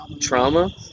Trauma